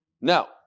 Now